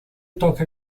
toca